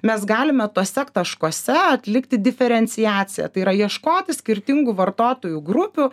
mes galime tuose taškuose atlikti diferenciaciją tai yra ieškoti skirtingų vartotojų grupių